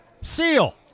Seal